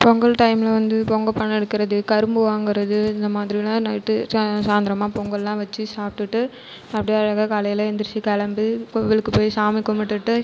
பொங்கல் டைம்மில் வந்து பொங்கப் பானை எடுக்கிறது கரும்பு வாங்கறது இந்தமாதிரிலாம் நைட்டு சா சாய்ந்தரமாக பொங்கல்லாம் வச்சு சாப்பிடுட்டு அப்படியே அழகாக காலையில் எந்திரிச்சு கிளம்பி கோவிலுக்கு போய் சாமி கும்பிட்டுட்டு